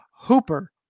Hooper